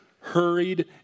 hurried